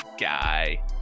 guy